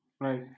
Right